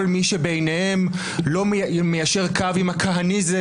מהדוגמה האמריקאית שבה אכן הדרג הפוליטי ממנה מינויים